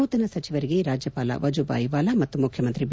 ನೂತನ ಸಚಿವರಿಗೆ ರಾಜ್ಯಪಾಲ ವಜುಬಾಯಿ ವಾಲಾ ಮತ್ತು ಮುಖ್ಯಮಂತ್ರಿ ಬಿ